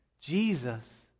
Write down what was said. Jesus